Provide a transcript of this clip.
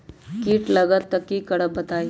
कीट लगत त क करब बताई?